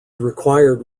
required